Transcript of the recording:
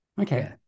Okay